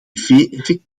effectief